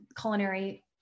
culinary